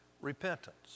repentance